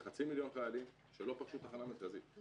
זה חצי מיליון חיילים שלא פגשו תחנה מרכזית.